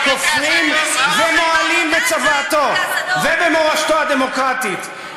אבל כופרים ומועלים בצוואתו ובמורשתו הדמוקרטית.